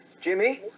Jimmy